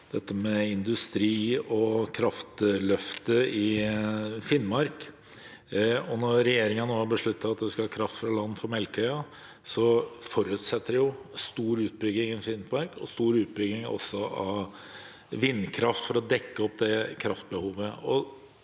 nevnte in- dustri og kraftløftet i Finnmark. Når regjeringen nå har besluttet at det skal være kraft fra land på Melkøya, forutsetter det stor utbygging i Finnmark, og også stor utbygging av vindkraft for å dekke opp kraftbehovet.